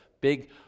big